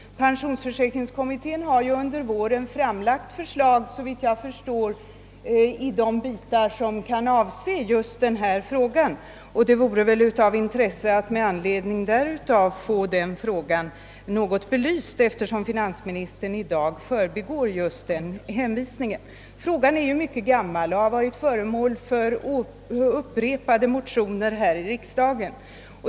Kommittén har under våren, såvitt jag förstår, framlagt förslag i de delar som kan avse just denna fråga. Det vore av intresse att med anledning därav få frågan något belyst. Denna fråga är mycket gammal och har varit föremål för upprepade motioner i riksdagen.